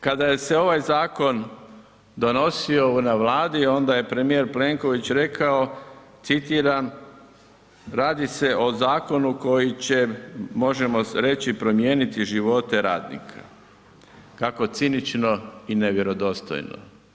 Kada se je ovaj zakon donosio na Vladi onda je premijer Plenković rekao, citiram, radi se o zakonu koji će možemo reći promijeniti živote radnika, kako cinično i nevjerodostojno.